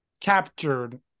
captured